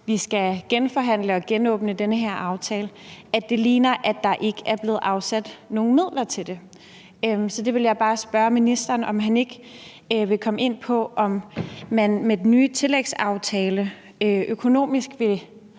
om vi skal genforhandle og genåbne den her aftale, og at det ser ud, som om der ikke er blevet afsat nogen midler til det – om han ikke vil komme ind på, om man med den nye tillægsaftale økonomisk vil